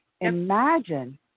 Imagine